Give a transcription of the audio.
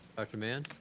dr. mann?